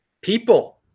people